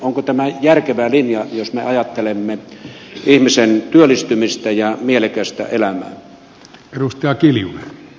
onko tämä järkevä linja jos me ajattelemme ihmisen työllistymistä ja mielekästä elämää